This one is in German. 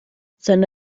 seine